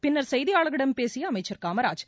பின்னர் செய்தியாளர்களிடம் பேசிய அமைச்சர் காமராஜ்